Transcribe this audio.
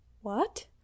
What